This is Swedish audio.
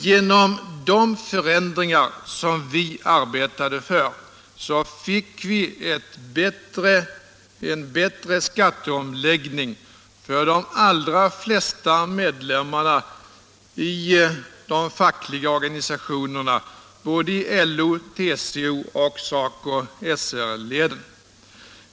Genom de förändringar som vi arbetade för fick vi en bättre skatteomläggning för de allra flesta medlemmarna i de fackliga organisationerna — såväl i LO och TCO som i SACO/SR-leden.